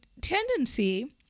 tendency